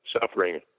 suffering